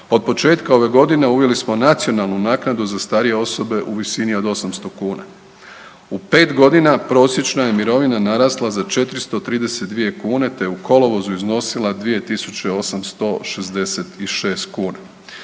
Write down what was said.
od početka ove godine uveli smo nacionalnu naknadu za starije osobe u visini od 800 kuna. U 5 godina prosječna je mirovina narasla za 432 kune te je u kolovozu iznosila 2.866 kuna.